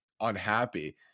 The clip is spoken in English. unhappy